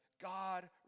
God